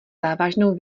závažnou